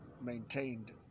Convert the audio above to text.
maintained